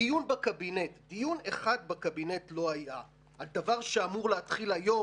דיון אחד בקבינט לא היה על דבר שהיה אמור להתחיל היום.